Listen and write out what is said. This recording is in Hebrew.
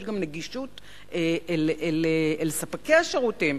ויש גם נגישות של ספקי השירותים.